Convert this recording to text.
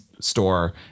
store